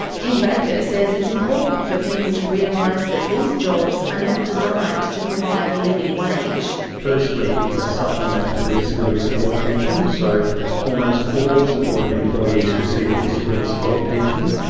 ken baker says it's important for people to realise that these jobs are not designed to provide a living wage. firstly it is a supplement to the disability support pension, so almost all supported employees receive the disability support pension.